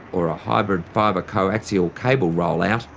or a hybrid fibre coaxial cable rollout,